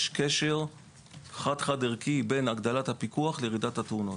יש קשר חד-חד ערכי בין הגדלת הפיקוח לירידת מספר התאונות,